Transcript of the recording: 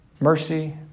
mercy